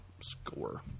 Score